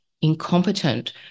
incompetent